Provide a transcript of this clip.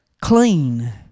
clean